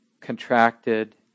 contracted